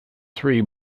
three